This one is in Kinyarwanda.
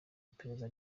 iperereza